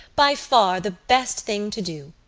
by far the best thing to do.